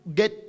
get